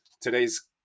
today's